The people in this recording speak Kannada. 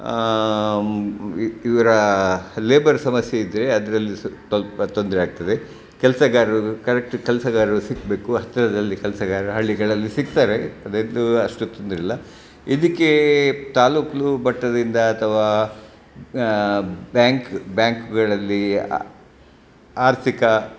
ಇವರ ಲೇಬರ್ ಸಮಸ್ಯೆ ಇದ್ದರೆ ಅದರಲ್ಲಿ ಸ ಸ್ವಲ್ಪ ತೊಂದರೆ ಆಗ್ತದೆ ಕೆಲಸಗಾರರು ಕರೆಕ್ಟ್ ಕೆಲಸಗಾರರು ಸಿಗಬೇಕು ಹತ್ರದಲ್ಲಿ ಕೆಲಸಗಾರ ಹಳ್ಳಿಗಳಲ್ಲಿ ಸಿಗ್ತಾರೆ ಅದಂತೂ ಅಷ್ಟು ತೊಂದರೆಯಿಲ್ಲ ಇದಕ್ಕೆ ತಾಲ್ಲೂಕು ಮಟ್ಟದಿಂದ ಅಥವಾ ಬ್ಯಾಂಕ್ ಬ್ಯಾಂಕ್ಗಳಲ್ಲಿ ಆರ್ಥಿಕ